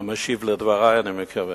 המשיב לדברי, אני מקווה.